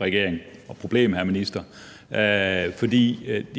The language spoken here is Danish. regering og hr. minister. For